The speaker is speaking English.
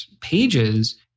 pages